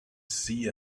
see